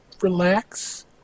relax